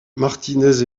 martinez